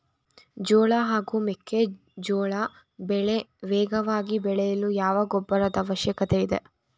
ಜೋಳ ಹಾಗೂ ಮೆಕ್ಕೆಜೋಳ ಬೆಳೆ ವೇಗವಾಗಿ ಬೆಳೆಯಲು ಯಾವ ಗೊಬ್ಬರದ ಅವಶ್ಯಕತೆ ಇದೆ?